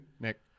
Nick